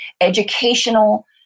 educational